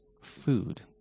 food